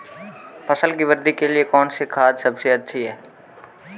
फसल की वृद्धि के लिए कौनसी खाद सबसे अच्छी है?